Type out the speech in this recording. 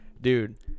Dude